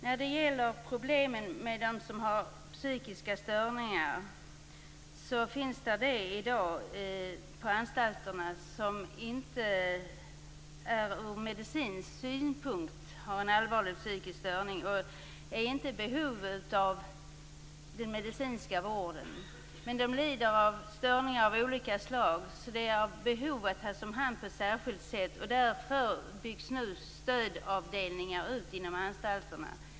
När det gäller problemen med dem som har psykiska störningar vill jag säga att det på anstalterna i dag finns de som inte ur medicinsk synpunkt har en allvarlig psykisk störning och inte är i behov av den medicinska vården. Men de lider av störningar av olika slag, så de är i behov av att tas om hand på ett särskilt sätt. Därför byggs nu stödavdelningar ut inom anstalterna.